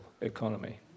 economy